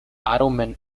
ottoman